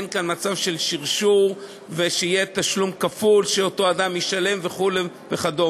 אין כאן מצב של שרשור ושיהיה תשלום כפול שאותו אדם ישלם וכדומה.